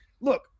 look